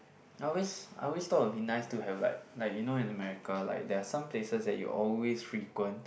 I always I always thought will be nice to have like like you know in America like there are some places that you always frequent